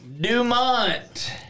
Dumont